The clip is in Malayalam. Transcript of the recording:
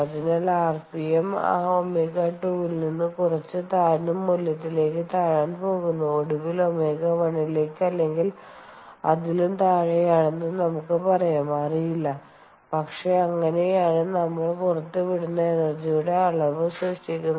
അതിനാൽ ആർപിഎം ആ ω2 ൽ നിന്ന് കുറച്ച് താഴ്ന്ന മൂല്യത്തിലേക്ക് താഴാൻ പോകുന്നു ഒടുവിൽ ω1 ലേക്ക് അല്ലെങ്കിൽ അതിലും താഴെയാണെന്ന് നമുക്ക് പറയാം അറിയില്ല പക്ഷേ അങ്ങനെയാണ് നമ്മൾ പുറത്തുവിടുന്ന എനർജിയുടെ അളവ് സൃഷ്ടിക്കുന്നത്